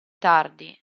tardi